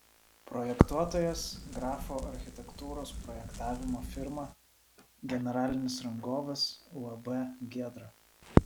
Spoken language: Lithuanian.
projektuotojas grafo architektūros projektavimo firma generalinis rangovas uab giedra